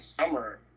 summer